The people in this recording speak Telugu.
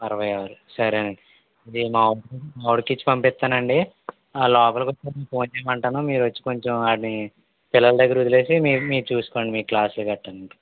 అరవై ఆరు సరే అండి ఇది మా మా వాడికిచ్చి పంపిస్తానండి వాడు లోపలికొచ్చాక మీకు ఫోన్ చేయమంటాను మీరొచ్చి కొంచెం వాడిని పిల్లల దగ్గర వదిలేసి మీది మీరు చూసుకోండి మీ క్లాస్లు గట్రా